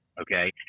okay